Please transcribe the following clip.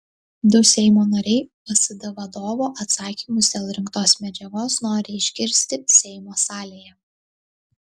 du seimo nariai vsd vadovo atsakymus dėl rinktos medžiagos nori išgirsti seimo salėje